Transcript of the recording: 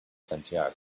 santiago